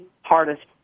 hardest